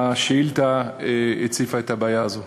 והשאילתה הציפה את הבעיה הזאת.